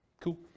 Cool